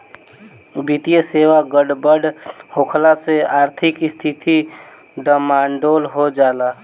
वित्तीय सेवा गड़बड़ होखला से आर्थिक स्थिती डमाडोल हो जाला